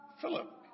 Philip